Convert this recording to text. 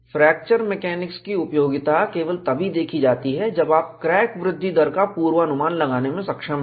fracture mechanics की उपयोगिता केवल तभी देखी जाती है जब आप क्रैक वृद्धि दर का पूर्वानुमान लगाने में सक्षम हैं